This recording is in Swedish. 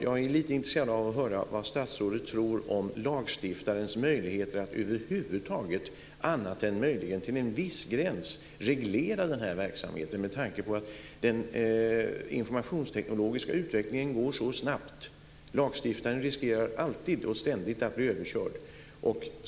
Jag är lite intresserad av att höra vad statsrådet tror om lagstiftarens möjligheter att över huvud taget annat än möjligen till en viss gräns reglera den här verksamheten med tanke på att den informationsteknologiska utvecklingen går så snabbt. Lagstiftaren riskerar alltid och ständigt att bli överkörd.